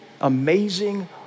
amazing